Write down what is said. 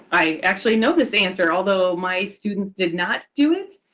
i actually know this answer although my students did not do it,